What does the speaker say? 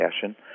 fashion